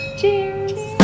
Cheers